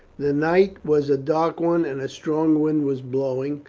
the night was a dark one and a strong wind was blowing,